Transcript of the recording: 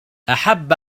أحب